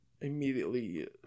immediately